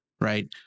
Right